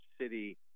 City